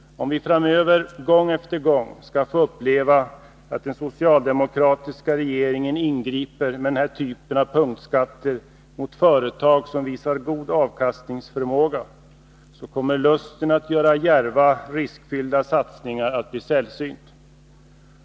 Om vi framöver gång efter gång skall få uppleva att regeringen ingriper med denna typ av punktskattter mot företag som visar god avkastningsförmåga, så kommer lusten att göra djärva, riskfyllda satsningar att bli sällsynt.